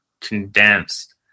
condensed